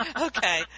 Okay